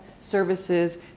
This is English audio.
services